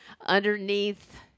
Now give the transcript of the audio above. underneath